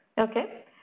Okay